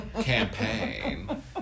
campaign